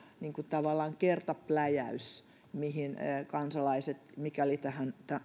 tavallaan se kertapläjäys on isompi mikäli kansalaiset tähän